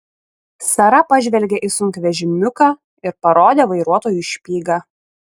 sara pažvelgė į sunkvežimiuką ir parodė vairuotojui špygą